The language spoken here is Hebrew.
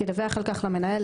ידווח על כך למנהל,